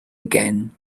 again